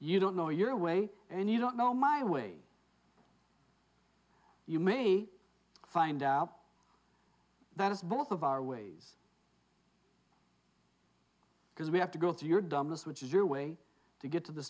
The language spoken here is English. you don't know your way and you don't know my way you may find out that it's both of our ways because we have to go through your dumbness which is your way to get to the